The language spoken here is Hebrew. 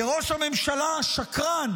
כי ראש הממשלה השקרן